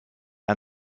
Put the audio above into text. and